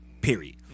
period